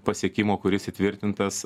pasiekimo kuris įtvirtintas